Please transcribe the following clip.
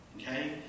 Okay